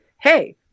hey